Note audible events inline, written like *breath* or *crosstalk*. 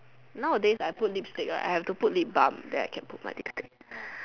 nowadays I put lipstick right I have to put lip balm then I can put my lipstick *breath*